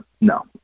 no